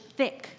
thick